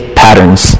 patterns